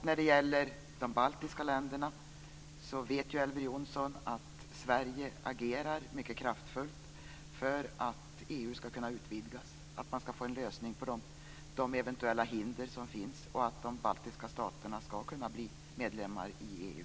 När det gäller de baltiska länderna vet Elver Jonsson att Sverige agerar mycket kraftfullt för att EU ska kunna utvidgas, för att man ska få en lösning på de eventuella hinder som finns och för att de baltiska staterna ska kunna bli medlemmar i EU.